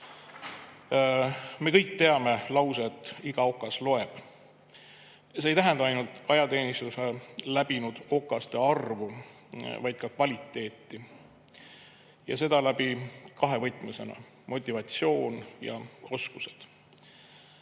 Me kõik teame lauset "Iga okas loeb". See ei tähenda ainult ajateenistuse läbinud okaste arvu, vaid ka kvaliteeti. Ja seda kahe võtmesõnaga: "motivatsioon" ja "oskused".